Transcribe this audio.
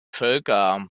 völker